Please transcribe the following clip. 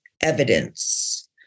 evidence